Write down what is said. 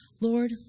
Lord